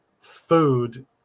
food